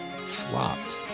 flopped